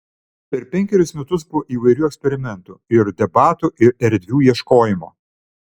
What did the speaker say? per penkerius metus buvo įvairių eksperimentų ir debatų ir erdvių ieškojimo